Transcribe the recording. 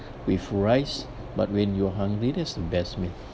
with rice but when you're hungry that's the best meal